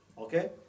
Okay